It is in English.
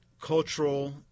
cultural